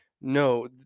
No